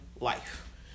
life